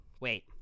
Wait